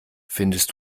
findest